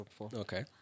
Okay